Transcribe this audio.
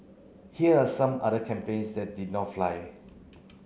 here are some other campaigns that did not fly